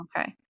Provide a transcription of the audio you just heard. Okay